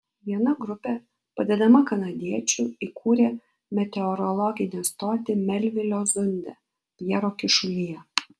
viena grupė padedama kanadiečių įkūrė meteorologinę stotį melvilio zunde pjero kyšulyje